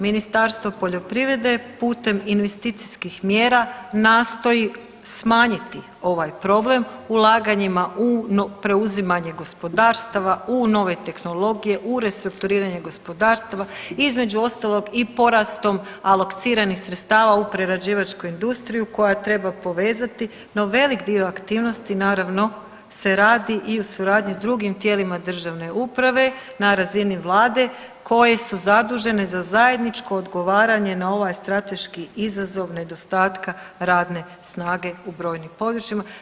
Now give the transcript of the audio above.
Ministarstvo poljoprivrede putem investicijskih mjera nastoji smanjiti ovaj problem ulaganjima u preuzimanje gospodarstava, u nove tehnologije, u restrukturiranje gospodarstava, između ostalog i porastom alokciranih sredstava u prerađivačku industriju koja treba povezati, no velik dio aktivnosti naravno se radi i u suradnji s drugim tijelima državne uprave na razini vlade koje su zadužene za zajedničko odgovaranje na ovaj strateški izazov nedostatka radne snage u brojnim područjima.